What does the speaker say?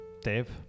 Dave